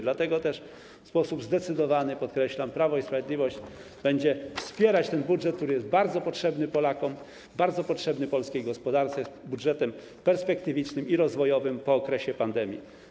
Dlatego też w sposób zdecydowany podkreślam: Prawo i Sprawiedliwość będzie wspierać ten budżet, który jest bardzo potrzebny Polakom, bardzo potrzebny polskiej gospodarce, jest budżetem perspektywicznym i rozwojowym po okresie pandemii.